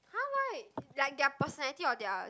!huh! why like their personality or their